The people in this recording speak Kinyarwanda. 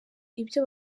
ibyo